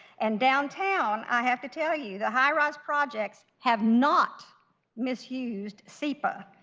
and downtown, i have to tell you, the high-rise projects have not misused sepa,